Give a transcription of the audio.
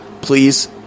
please